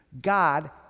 God